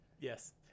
Yes